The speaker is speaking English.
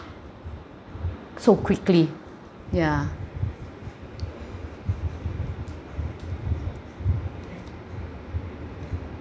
so quickly ya